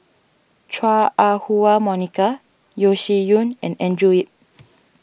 Chua Ah Huwa Monica Yeo Shih Yun and Andrew Yip